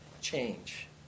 change